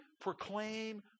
proclaim